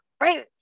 right